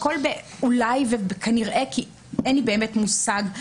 הכול אולי וכנראה כי אין לי באמת מושג,